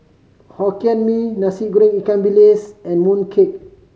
Hokkien Mee Nasi Goreng ikan bilis and mooncake